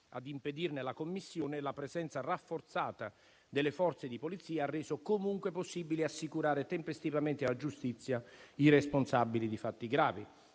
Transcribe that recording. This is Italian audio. ad impedirne la commissione, la presenza rafforzata delle Forze di polizia ha reso comunque possibile assicurare tempestivamente alla giustizia i responsabili di fatti gravi.